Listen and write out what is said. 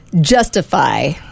justify